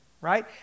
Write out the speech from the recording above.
right